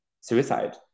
suicide